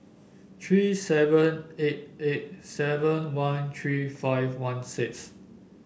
three seven eight eight seven one three five one six